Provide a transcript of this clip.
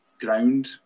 ground